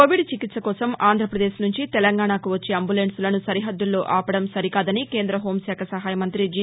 Covid చికిత్స కోసం ఆంధ్రప్రదేశ్ నుంచి తెలంగాణకు వచ్చే అంబులెన్సులను సరిహద్దుల్లో ఆపడం సరికాదని కేంద్ర హోంశాఖ సహాయ మంతి జి